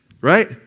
right